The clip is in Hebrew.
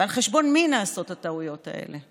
ועל חשבון מי נעשות הטעויות האלה?